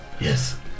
Yes